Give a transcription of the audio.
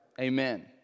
Amen